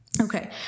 Okay